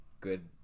good